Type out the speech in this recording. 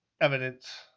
evidence